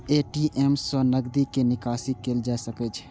ATM सं नकदी के निकासी कैल जा सकै छै